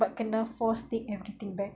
but kena force take everything back